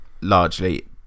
largely